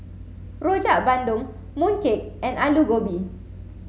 Rojak Bandung Mooncake and Aloo Gobi